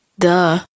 Duh